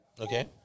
okay